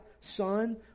son